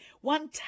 One